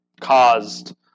caused